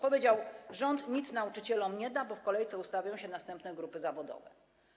Powiedział: rząd nic nauczycielom nie da, bo w kolejce ustawią się następne grupy zawodowe.